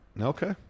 Okay